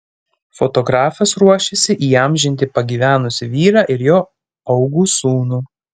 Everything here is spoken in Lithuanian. fotografas ruošiasi įamžinti pagyvenusį vyrą ir jo augų sūnų